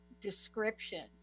description